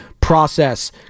process